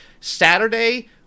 Saturday